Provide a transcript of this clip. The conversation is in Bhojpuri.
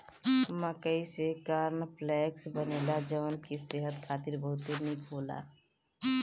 मकई से कॉर्न फ्लेक्स बनेला जवन की सेहत खातिर बहुते निक होला